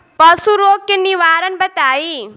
पशु रोग के निवारण बताई?